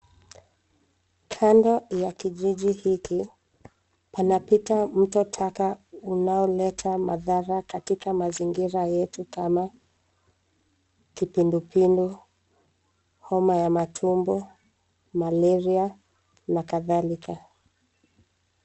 Kando ya kijiji hiki, panapita mto taka unaoleta madhara katika mazingira yetu kama kipindupindu, homa ya matumbo, malaria na kadhalika.